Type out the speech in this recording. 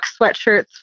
sweatshirts